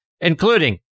including